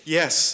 yes